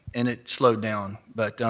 and it slowed down, but